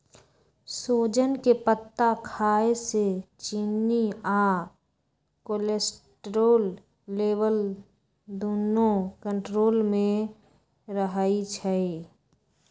सोजन के पत्ता खाए से चिन्नी आ कोलेस्ट्रोल लेवल दुन्नो कन्ट्रोल मे रहई छई